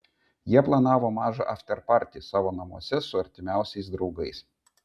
jie planavo mažą aftepartį savo namuose su artimiausiais draugais